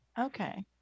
Okay